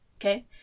okay